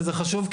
וזה חשוב,